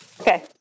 Okay